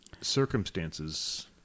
Circumstances